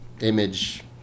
image